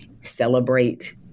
celebrate